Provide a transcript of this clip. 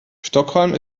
stockholm